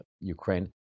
Ukraine